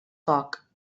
foc